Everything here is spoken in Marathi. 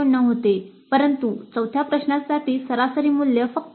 9 होते परंतु चौथ्या प्रश्नासाठी सरासरी मूल्य फक्त 2